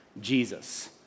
Jesus